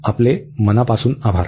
तुमचे मनापासून आभार